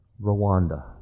Rwanda